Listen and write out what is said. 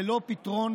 ללא הפתרון,